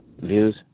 views